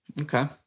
Okay